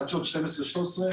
חדשות 12 ו-13.